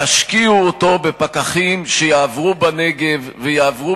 תשקיעו אותו בפקחים שיעברו בנגב ויעברו